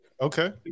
Okay